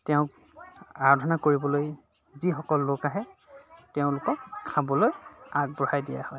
তেওঁক আৰাধনা কৰিবলৈ যিসকল লোক আহে তেওঁলোকক খাবলৈ আগবঢ়াই দিয়া হয়